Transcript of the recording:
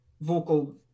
vocal